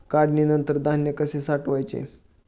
काढणीनंतर धान्य कसे साठवायचे?